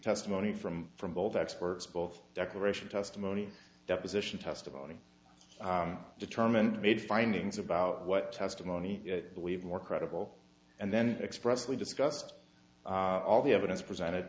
testimony from from both experts both decoration testimony deposition testimony determent made findings about what testimony believed more credible and then expressly discussed all the evidence presented